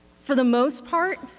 for the most part,